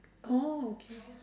oh okay